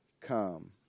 come